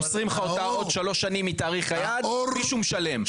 מוסרים לך אותה עוד שלוש שנים מתאריך היעד מישהו משלם,